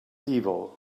evil